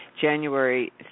January